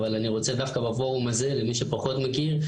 אבל אני רוצה דווקא בפורום הזה למי שפחות מכיר,